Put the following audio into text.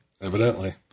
Evidently